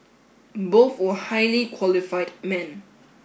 both were highly qualified men